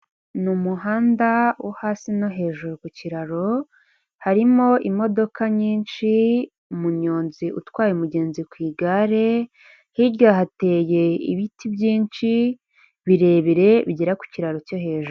Ni umuhanda wo hasi no hejuru ku kiraro, harimo imodoka nyinshi, umunyonzi utwaye umugenzi ku igare, hirya hateye ibiti byinshi birebire bigera ku kiraro cyo hejuru.